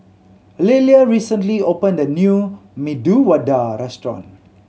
Lillia recently opened a new Medu Vada Restaurant